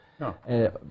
No